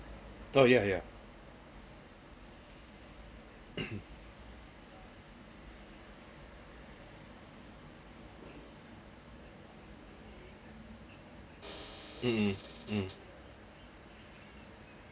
oh yeah yeah (uh huh) mm